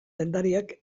dendariak